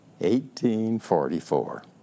1844